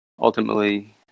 ultimately